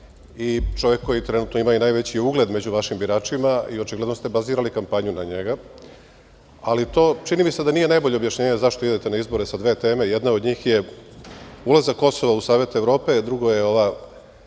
i čovek koji trenutno ima i najveći ugled među vašim biračima i očigledno ste bazirali kampanju na njega, ali to, čini mi se, da nije najbolje objašnjenje zašto idete na izbore sa dve teme. Jedna od njih je ulazak Kosova u Savet Evrope, a druga je ova